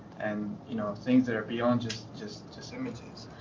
and you know, things that are beyond, just just just images.